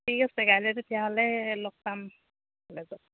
ঠিক আছে কাইলৈ তেতিয়াহ'লে লগ পাম